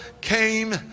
came